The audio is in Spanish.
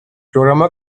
programa